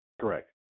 Correct